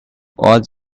was